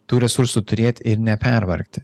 tų resursų turėti ir nepervargti